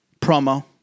promo